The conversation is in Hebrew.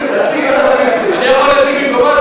אני יכול להציג במקומו,